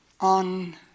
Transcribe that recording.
on